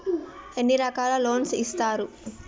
ఎన్ని రకాల లోన్స్ ఇస్తరు?